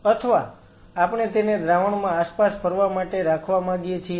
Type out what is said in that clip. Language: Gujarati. અથવા આપણે તેમને દ્રાવણમાં આસપાસ ફરવા માટે રાખવા માંગીએ છીએ